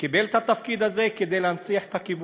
קיבל את התפקיד הזה כדי להנציח את הכיבוש,